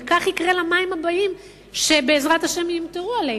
וכך יקרה למים הבאים שבעזרת השם יומטרו עלינו.